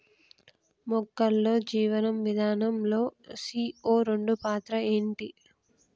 మొక్కల్లో జీవనం విధానం లో సీ.ఓ రెండు పాత్ర ఏంటి?